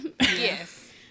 Yes